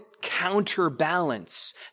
counterbalance